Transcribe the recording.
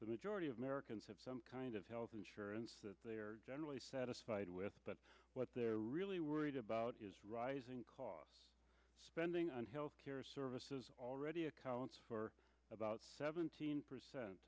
the majority of americans have some kind of health insurance that they are generally satisfied with but what they're really worried about is rising costs spending on health care services already accounts for about seventeen percent